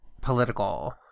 political